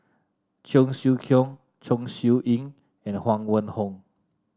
Cheong Siew Keong Chong Siew Ying and Huang Wenhong